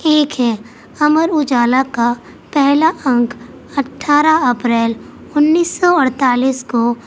ایک ہے امر اجالا کا پہلا انک اٹھارہ اپریل انیس سو اڑتالیس کو